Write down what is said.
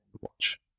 watch